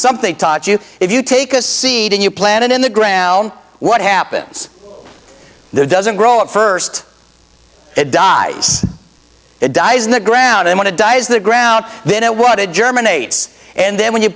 something taught you if you take a seed and you planted in the ground what happens there doesn't grow up first it dies it dies in the ground and when it dies the ground then it what it germinates and then when you